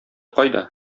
кайда